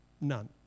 none